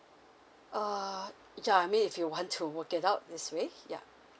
err yeah I mean if you want to work it out this way yeah